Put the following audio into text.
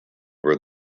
were